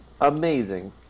amazing